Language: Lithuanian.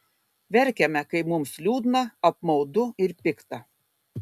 verkiame kai mums liūdna apmaudu ir pikta